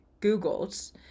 googled